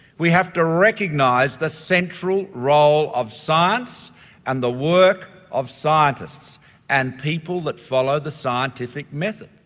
we have to recognise the central role of science and the work of scientists and people that follow the scientific method.